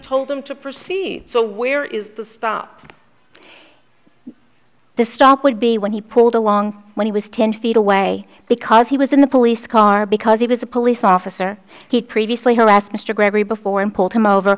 told them to proceed so where is the stop the stop would be when he pulled along when he was ten feet away because he was in the police car because he was a police officer he'd previously who asked mr gregory before him pulled him over